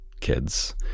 kids